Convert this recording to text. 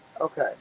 Okay